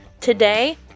Today